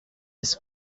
his